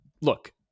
look